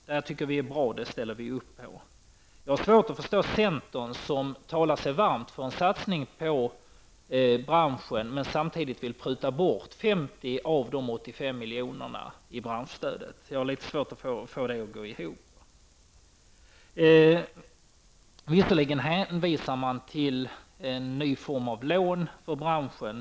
Det tycker vi är bra och det ställer vi upp på. Jag har svårt att förstå centern, som talar sig varm för en satsning på branschen men samtidigt vill pruta bort 50 av de 85 miljonerna i branschstöd. Jag har litet svårt att få detta att gå ihop. Visserligen hänvisar man till en ny form av lån för branschen.